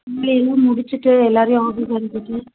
வேலையெல்லாம் முடிச்சுட்டு எல்லோரையும் ஆஃபீஸ் அமுச்சுட்டு